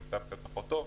נמצאים במצב פחות טוב.